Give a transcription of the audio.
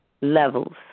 levels